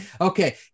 Okay